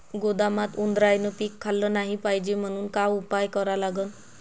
गोदामात उंदरायनं पीक खाल्लं नाही पायजे म्हनून का उपाय करा लागन?